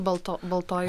balto baltoji